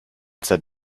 said